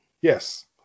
Yes